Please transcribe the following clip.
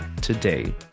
today